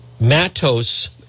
Matos